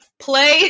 play